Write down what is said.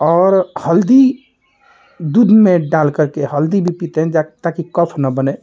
और हल्दी दूध में डाल करके हल्दी भी पीते हैं जा ताकि कफ ना बने